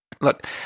Look